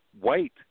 white